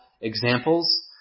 examples